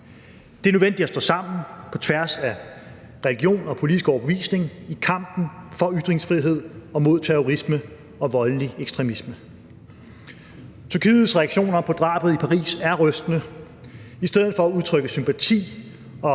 Det er nødvendigt at stå sammen på tværs af religion og politisk overbevisning i kampen for ytringsfrihed og mod terrorisme og voldelig ekstremisme. Tyrkiets reaktioner på drabet i Paris er rystende. I stedet for at udtrykke sympati og